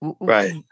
Right